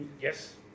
Yes